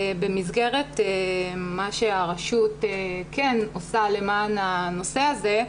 במסגרת מה שהרשות כן עושה למען הנושא הזה,